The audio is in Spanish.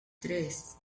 tres